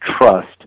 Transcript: trust